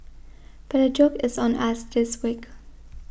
but the joke is on us this week